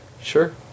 Sure